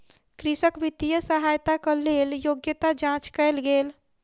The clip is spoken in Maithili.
कृषक वित्तीय सहायताक लेल योग्यता जांच कयल गेल